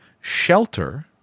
shelter